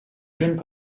jeune